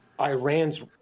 Iran's